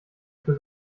für